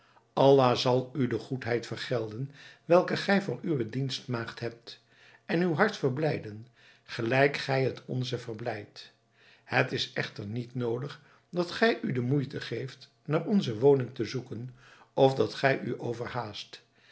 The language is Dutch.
allah zal u de goedheid vergelden welke gij voor uwe dienstmaagd hebt en uw hart verblijden gelijk gij het onze verblijdt het is echter niet noodig dat gij u de moeite geeft naar onze woning te zoeken of dat gij u overhaast